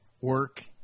work